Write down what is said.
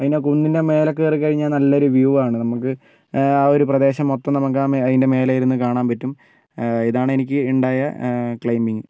അതിൻ്റെ കുന്നിൻ്റെ മേലെ കയറി കഴിഞ്ഞാൽ നല്ലൊരു വ്യൂ ആണ് നമുക്ക് ആ ഒരു പ്രദേശം മൊത്തം നമുക്ക് അതിൻ്റെ മേലെ ഇരുന്ന് കാണാൻ പറ്റും ഇതാണ് എനിക്ക് ഉണ്ടായ ക്ലൈമിംഗ്